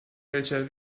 welcher